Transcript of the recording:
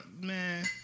Man